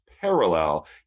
parallel